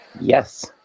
Yes